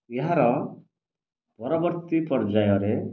ଏହାର ପରବର୍ତ୍ତୀ ପର୍ଯ୍ୟାୟରେ